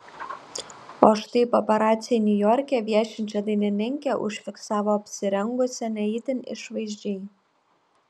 o štai paparaciai niujorke viešinčią dainininkę užfiksavo apsirengusią ne itin išvaizdžiai